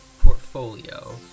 portfolio